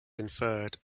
inferred